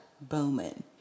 Bowman